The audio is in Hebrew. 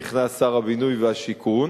נכנס שר הבינוי והשיכון,